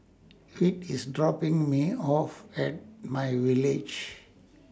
Whit IS dropping Me off At MyVillage